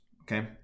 okay